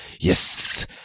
yes